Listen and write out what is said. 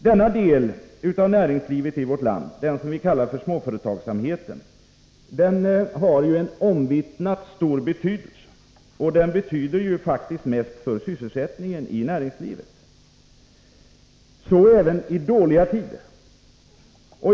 Denna del av näringslivet i vårt land, som vi kallar för småföretagsamheten, har ju en omvittnat stor betydelse — inte minst för sysselsättningen. Så även i dåliga tider.